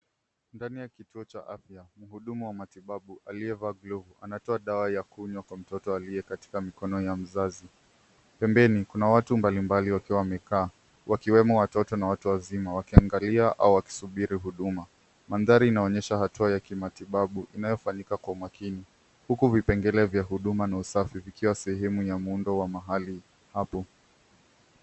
Ndani ya kituo cha afya mhudumu wa matibabu aliyevaa glovu anatoa damu kwa mtoto aliyekatika mkono ya mzazi. Pempeni kuna watu mbalimbali wakiwa wamekaa wakiwemo watoto na watu wazima wakiangalia au wakisubiri huduma . Mandhari ikionyesha ya matibabu inayofanyika kwa umakini huku vipengele vya usafi na huduma vikiwa sehemu ya muundo wa mahali hapo.